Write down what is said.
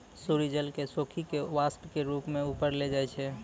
सूर्य जल क सोखी कॅ वाष्प के रूप म ऊपर ले जाय छै